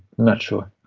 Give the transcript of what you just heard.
not sure